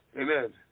Amen